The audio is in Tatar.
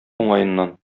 уңаеннан